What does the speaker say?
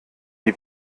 die